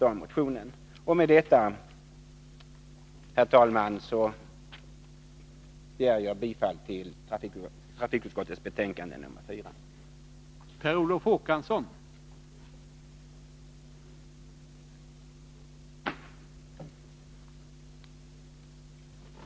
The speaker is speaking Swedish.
Nr 46 Med detta, herr talman, yrkar jag bifall till utskottets hemställan. Torsdagen den 9 december 1982